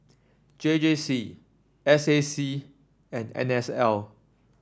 J J C S A C and N S L